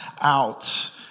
out